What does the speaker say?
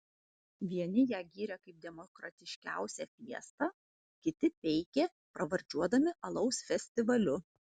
vieni ją gyrė kaip demokratiškiausią fiestą kiti peikė pravardžiuodami alaus festivaliu